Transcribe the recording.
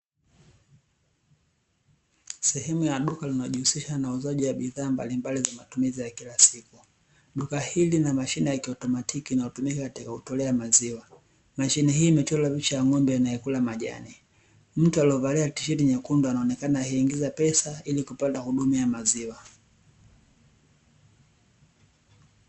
Sehemu ya duka linalojihusisha na uuzaji wa bidhaa mbalimbali za matumizi ya kila siku, duka hili lina mashine ya kiotomatiki inayotumika katika kutolea maziwa, mashine hii imechorwa picha ya ng'ombe anaekula majani. Mtu alievalia tisheti nyekundu anaonekana akiingiza pesa ili kupata huduma ya maziwa.